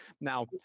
Now